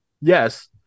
yes